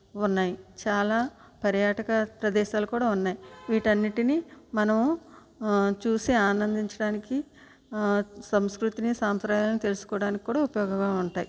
ఉన్నాయి చాలా పర్యాటక ప్రదేశాలు కూడా ఉన్నాయి వీటన్నింటిని మనం చూసి ఆనందించడానికి సంస్కృతిని సాంప్రదాయాలను ఆ తెలుసుకోవడానికి కూడా ఉపయోగంగా ఉంటాయి